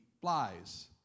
Flies